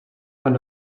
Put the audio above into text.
one